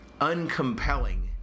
uncompelling